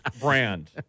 brand